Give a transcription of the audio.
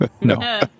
no